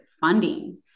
funding